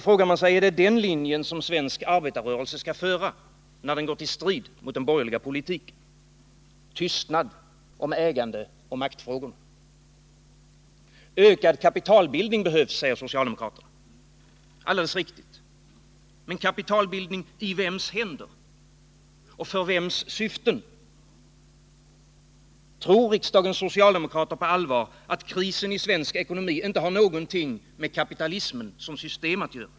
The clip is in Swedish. Är det den linjen svensk arbetarrörelse skall följa när den går till strid mot den borgerliga politiken? Skall det råda tystnad i ägandeoch maktfrågorna? Ökad kapitalbildning behövs, säger socialdemokraterna. Det är alldeles riktigt, men i vems händer och för vems syften? Tror riksdagens socialdemokrater på allvar att krisen i svensk ekonomi inte har något med kapitalismen som system att göra?